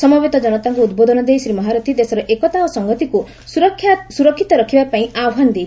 ସମବେତ ଜନତାଙ୍କୁ ଉଦ୍ବୋଧନ ଦେଇ ଶ୍ରୀ ମହାରଥୀ ଦେଶର ଏକତା ଓ ସଂହତିକୁ ସ୍ବରକ୍ଷିତ ରଖିବା ପାଇଁ ଆହ୍ବାନ ଦେଇଥିଲେ